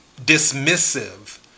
dismissive